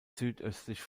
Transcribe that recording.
südöstlich